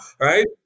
right